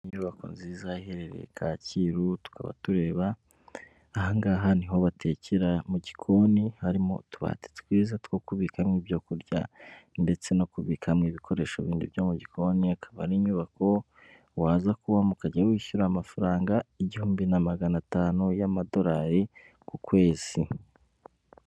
Inyubako nziza iherereye Kacyiru, tukaba tureba ahangaha niho batekera mu gikoni, harimo utubati twiza two kubikamo ibyo kurya, ndetse no kubikamo ibikoresho bindi byo mu gikoni, akaba ari inyubako waza kubamo, ukajya wishyura amafaranga igihumbi na magana atanu y'Amadolari ku kwezi.